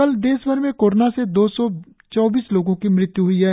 कल देशभर में कोरोना से दो सौ चौबीस लोगो की मृत्यु हुई है